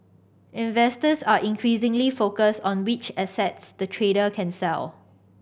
investors are increasingly focused on which assets the trader can sell